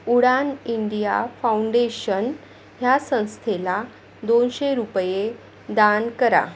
उडान India foundation ह्या संस्थेला दोनशे रुपये दान करा